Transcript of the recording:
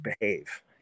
behave